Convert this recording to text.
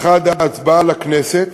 האחד, ההצבעה לכנסת